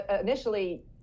initially